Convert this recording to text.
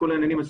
של הישובים.